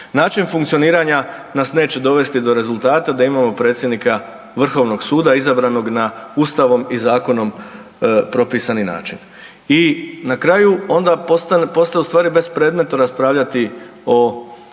način funkcioniranja nas neće dovesti do rezultata da imamo predsjednika Vrhovnog suda izabranog na Ustavom i zakonom propisani način. I na kraju onda postaje u stvari bespredmetno raspravljati o